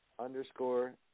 Underscore